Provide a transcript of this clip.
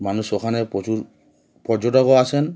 মানুষ ওখানে প্রচুর পর্যটকও আসেন